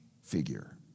figure